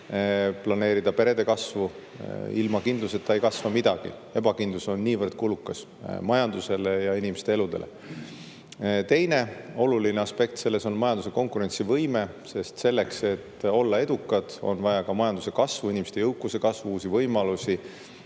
planeerida perede kasvu. Ilma kindluseta ei kasva midagi, ebakindlus on niivõrd kulukas majandusele ja inimeste eludele. Teine oluline aspekt selles on majanduse konkurentsivõime, sest selleks, et olla edukad, on vaja ka majanduskasvu, inimeste jõukuse kasvu, uusi võimalusi.